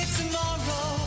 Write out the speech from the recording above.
tomorrow